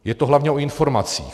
Je to hlavně o informacích.